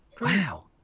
wow